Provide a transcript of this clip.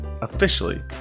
Officially